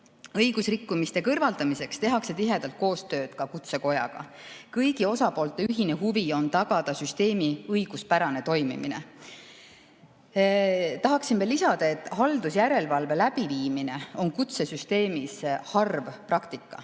Õigusrikkumiste kõrvaldamiseks tehakse tihedat koostööd ka Kutsekojaga. Kõigi osapoolte ühine huvi on tagada süsteemi õiguspärane toimimine. Tahan veel lisada, et haldusjärelevalve on kutsesüsteemis harv praktika.